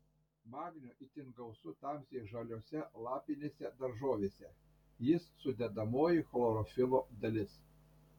magnio itin gausu tamsiai žaliose lapinėse daržovėse jis sudedamoji chlorofilo dalis